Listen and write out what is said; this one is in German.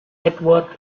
edward